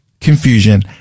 confusion